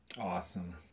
Awesome